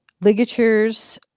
ligatures